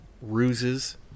ruses